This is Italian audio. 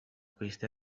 queste